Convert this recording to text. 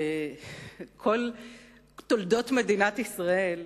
וכל תולדות מדינת ישראל,